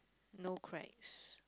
no cracks